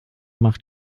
macht